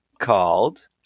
Called